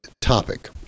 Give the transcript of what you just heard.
topic